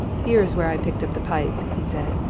here's where i picked up the pipe, he said.